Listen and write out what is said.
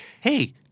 Hey